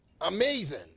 Amazing